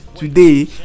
Today